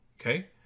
Okay